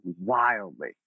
wildly